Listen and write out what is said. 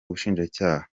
ubushinjacyaha